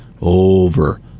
over